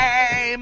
Hey